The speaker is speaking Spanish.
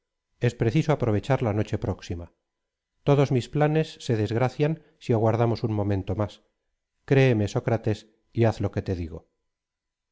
es preciso aprovechar la noche próxima todos mis planes se desgracian si aguardamos un momento más créeme sócrates y haz lo que te digo